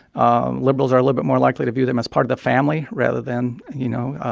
um liberals are a little bit more likely to view them as part of the family rather than, you know,